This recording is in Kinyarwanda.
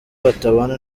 batabana